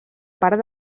part